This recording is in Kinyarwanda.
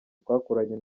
twakoranye